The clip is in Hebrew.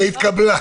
הרביזיה התקבלה.